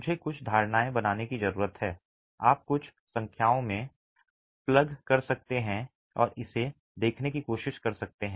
मुझे कुछ धारणाएँ बनाने की ज़रूरत है आप कुछ संख्याओं में प्लग कर सकते हैं और इसे देखने की कोशिश कर सकते हैं